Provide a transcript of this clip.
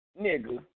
nigga